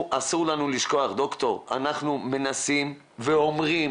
אסור לנו לשכוח, דוקטור, אנחנו מנסים ואומרים,